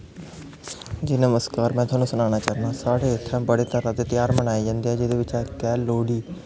जी नमस्कार में तुसेंगी सनाना चाह्नां साढ़े इत्थै बड़े तरह दे तेहार मनाए जंदे ऐ जिं'दे बिच्चा दा इक ऐ लौह्ड़ी